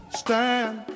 stand